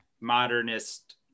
modernist